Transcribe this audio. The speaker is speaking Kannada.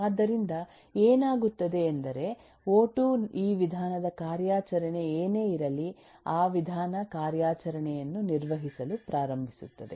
ಆದ್ದರಿಂದ ಏನಾಗುತ್ತದೆ ಎಂದರೆ ಒ2 ಈ ವಿಧಾನದ ಕಾರ್ಯಾಚರಣೆ ಏನೇ ಇರಲಿ ಆ ವಿಧಾನ ಕಾರ್ಯಾಚರಣೆಯನ್ನು ನಿರ್ವಹಿಸಲು ಪ್ರಾರಂಭಿಸುತ್ತದೆ